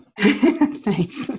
Thanks